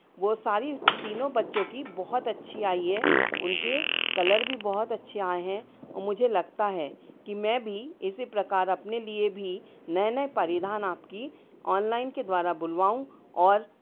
वो सारी तीनों बच्चों की बहुत अच्छी आई है उनके कलर भी बहुत अच्छे आए हैं और मुझे लगता है कि मैं भी इसी प्रकार अपने लिए भी नए नए परिधान आपकी ऑनलाइन के द्वारा बुलवाऊँ और